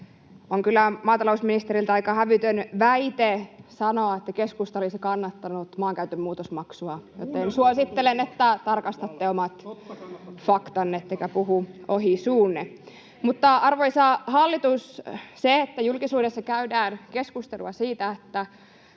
On kyllä maatalousministeriltä aika hävytön väite sanoa, että keskusta olisi kannattanut maankäytön muutosmaksua, joten suosittelen, että tarkastatte omat faktanne ettekä puhu ohi suunne. [Antti Kurvinen: Muunneltua totuutta!